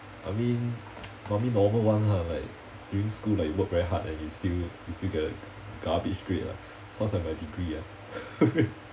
I mean I mean normal one lah like during school like you work very hard and you still you still get a garbage grade ah sounds like my degree ah